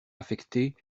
affectées